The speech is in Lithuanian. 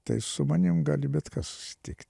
tai su manim gali bet kas tik